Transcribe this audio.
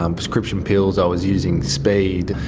um prescriptions pills, i was using speed,